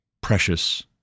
precious